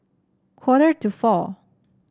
quarter to four